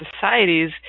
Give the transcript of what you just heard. societies